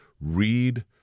read